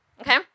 Okay